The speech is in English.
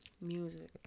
music